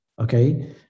Okay